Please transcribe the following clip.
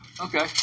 Okay